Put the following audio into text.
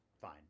Fine